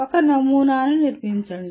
ఒక నమూనాను నిర్మించండి